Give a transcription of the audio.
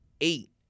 eight